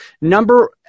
number